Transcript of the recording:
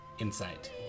insight